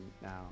now